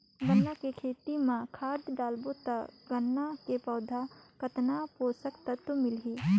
गन्ना के खेती मां खाद डालबो ता गन्ना के पौधा कितन पोषक तत्व मिलही?